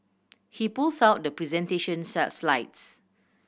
he pulls out the presentation sale slides